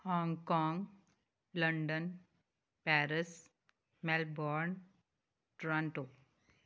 Hong Kong London Paris Melbourne Toronto